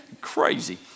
Crazy